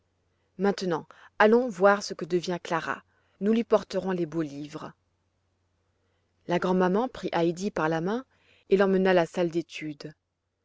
maintenant allons voir ce que devient clara nous lui porterons les beaux livres la grand'maman prit heidi par la main et l'emmena à la salle d'études